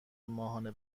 ماهانه